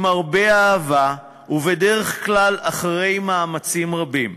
עם הרבה אהבה, ובדרך כלל אחרי מאמצים רבים.